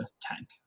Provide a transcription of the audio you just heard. tank